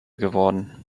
geworden